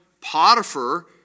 Potiphar